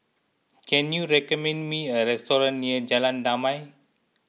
can you recommend me a restaurant near Jalan Damai